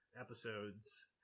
episodes